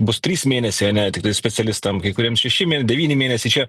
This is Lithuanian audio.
bus trys mėnesiai ane tiktai specialistam kai kuriem šeši mėn devyni mėnesiai čia